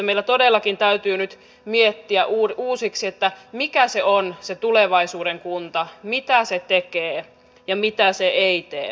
meillä todellakin täytyy nyt miettiä uusiksi mikä se on se tulevaisuuden kunta mitä se tekee ja mitä se ei tee